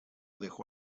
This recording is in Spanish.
dejó